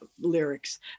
lyrics